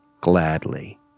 Gladly